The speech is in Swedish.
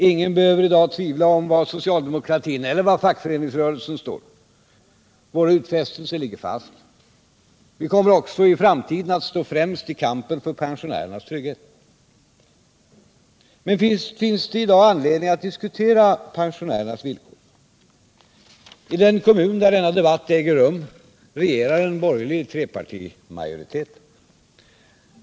Ingen behöver i dag tvivla om var socialdemokratin eller var fackföreningsrörelsen står. Våra utfästelser ligger fast. Vi kommer också i framtiden att stå främst i kampen för pensionärernas trygghet. Men visst finns det i dag anledning att diskutera pensionärernas villkor. I den kommun där vår debatt äger rum regerar en borgerlig trepartimajoritet.